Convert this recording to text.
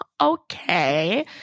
Okay